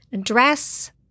Dress